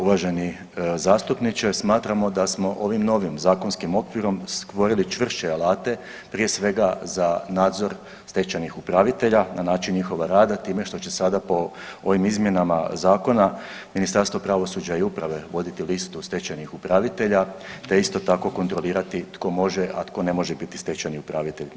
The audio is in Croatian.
Uvaženi zastupniče, smatramo da smo ovim novim zakonskim okvirom stvorili čvršće alate prije svega za nadzor stečajnih upravitelja na način njihova rada time što će sada po ovim izmjenama zakona Ministarstvo pravosuđa i uprave voditi listu stečajnih upravitelja te isto tako kontrolirati tko može, a tko ne može biti stečajni upravitelj.